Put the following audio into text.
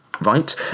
Right